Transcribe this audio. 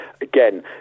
again